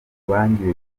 bangiwe